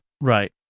Right